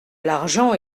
l’argent